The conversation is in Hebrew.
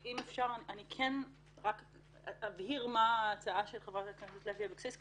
אני רק אבהיר מה הצעתה של חברת הכנסת לוי אבקסיס.